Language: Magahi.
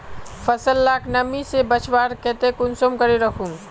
फसल लाक नमी से बचवार केते कुंसम करे राखुम?